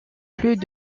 plus